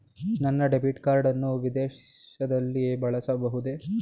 ನನ್ನ debit card ಅನ್ನು ವಿದೇಶದಲ್ಲಿ ಬಳಸಬಹುದೇ?